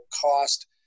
cost